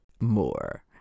more